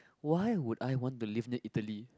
why would I want to live near Italy